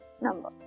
number